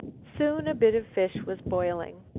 soon a bit of fish was boiling.